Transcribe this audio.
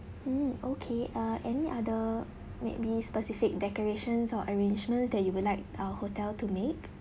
mm okay uh any other maybe specific decorations or arrangements that you would like our hotel to make